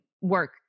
work